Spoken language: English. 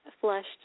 flushed